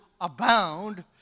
abound